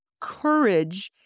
courage